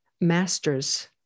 masters